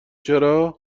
چرا